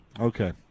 Okay